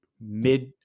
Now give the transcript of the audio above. mid